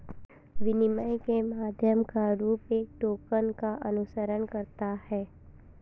विनिमय के माध्यम का रूप एक टोकन का अनुसरण करता है